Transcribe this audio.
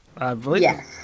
Yes